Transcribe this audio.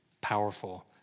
powerful